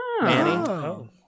Manny